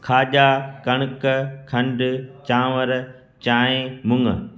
खाॼा कणक खंड चांवर चांहि मूंङ